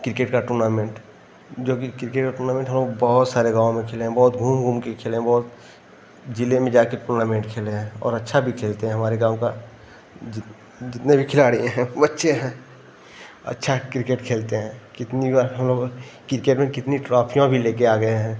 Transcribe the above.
cricket का tournament जो कि क्रिकेट का टूर्नामेंट हम लोग बहुत सारे गाँव में खेले हैं बहुत घूम घूम के खेले हैं बहुत जिले में जा कर टूर्नामेंट खेले हैं और अच्छा भी खेलते हैं हमारे गाँव का जित जितने भी खिलाड़ी हैं बच्चे हैं अच्छा क्रिकेट खेलते हैं कितनी वार हम लोग किरकेट में कितनी ट्रॉफ़ियाँ भी ले कर आ गए हैं